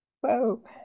whoa